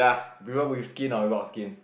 prefer with skin or without skin